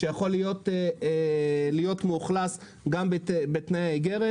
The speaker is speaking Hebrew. שיכול להיות מאוכלס גם בתנאי האיגרת,